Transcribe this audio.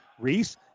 Reese